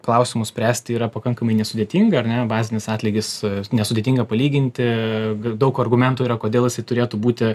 klausimus spręsti yra pakankamai nesudėtinga ar ne bazinis atlygis nesudėtinga palyginti daug argumentų yra kodėl jisai turėtų būti